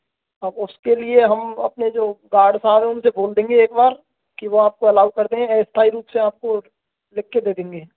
अब उसके लिए हम अपने जो गार्ड साहब हैं उनसे बोल देंगे एक बार कि वो आपको अलाउ कर दें अस्थाई रूप से आपको लिख के दे देंगे